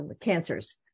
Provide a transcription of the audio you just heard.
cancers